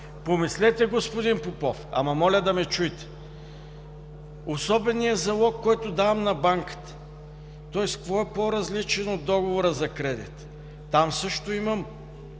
Помислете, господин Попов, ама моля да ме чуете. Особеният залог, който давам на банката, с какво е по-различен от договора за кредит? Там също има